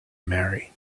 marry